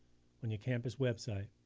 on your campus website,